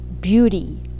beauty